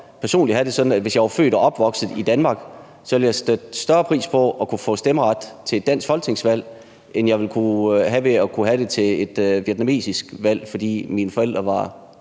hvis jeg var født og opvokset i Danmark, ville jeg sætte større pris på at kunne få stemmeret til et dansk folketingsvalg, end jeg ville ved at kunne have det til et vietnamesisk valg, fordi mine forældre kom